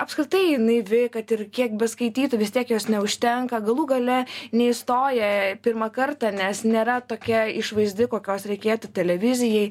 apskritai naivi kad ir kiek beskaitytų vis tiek jos neužtenka galų gale neįstoja pirmą kartą nes nėra tokia išvaizdi kokios reikėtų televizijai